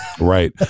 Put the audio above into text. Right